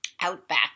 Outback